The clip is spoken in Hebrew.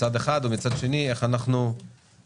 מצד אחד, ומצד שני איך אנחנו דואגים